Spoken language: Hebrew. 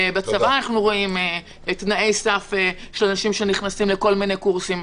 בצבא אנחנו רואים תנאי סף של אנשים שנכנסים לכל מיני קורסים.